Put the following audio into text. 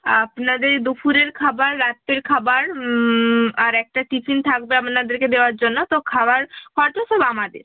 আপনাদের দুফুরের খাবার রাতের খাবার আর একটা টিফিন থাকবে আপনাদেরকে দেওয়ার জন্য তো খাওয়ার খরচা সব আমাদের